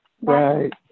right